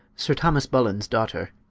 sir thomas bullens daughter,